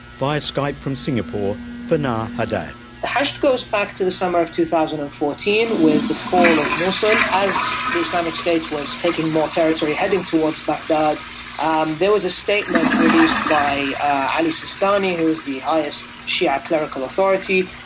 via skype from singapore, fanar haddad hashd goes back to the summer of two thousand and fourteen with the fall of mosul. as the islamic state was taking more territory, heading towards baghdad and there was a statement released by ali sistani, who is the highest shia clerical authority,